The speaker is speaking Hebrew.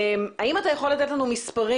האם אתה יכול לתת לנו מספרים,